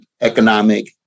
economic